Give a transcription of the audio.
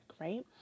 Right